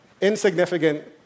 insignificant